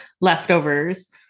leftovers